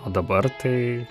o dabar tai